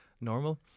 normal